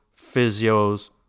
physios